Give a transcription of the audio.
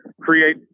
create